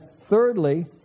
thirdly